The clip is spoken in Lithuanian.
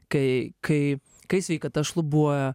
kai kai kai sveikata šlubuoja